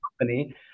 company